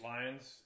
Lions